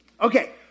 Okay